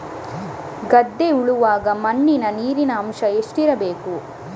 ಗದ್ದೆ ಉಳುವಾಗ ಮಣ್ಣಿನಲ್ಲಿ ನೀರಿನ ಅಂಶ ಎಷ್ಟು ಇರಬೇಕು?